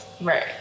Right